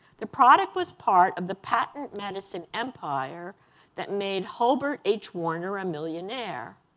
the product was part of the patent medicine empire that made holbert h. warner a millionaire.